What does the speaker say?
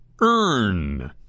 EARN